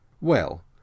Well